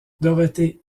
dorothy